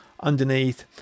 underneath